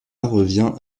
revient